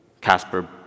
Casper